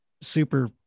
super